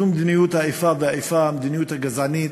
זו מדיניות האיפה ואיפה, המדיניות הגזענית,